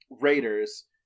Raiders